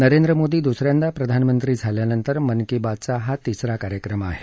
नरेंद्र मोदी दुसऱ्यांदा प्रधानमंत्री झाल्यानंतर मन की बातचा हा तिसरा कार्यक्रम आहे